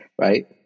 Right